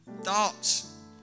thoughts